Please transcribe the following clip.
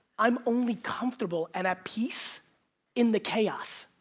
i'm only comfortable and at peace in the chaos.